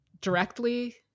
directly